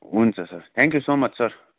हुन्छ sir thank you so much sir